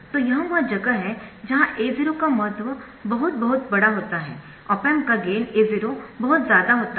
तो यह वह जगह है जहाँ A0 का महत्व बहुत बहुत बड़ा होता है ऑप एम्प का गेन A0 बहुत ज्यादा होता है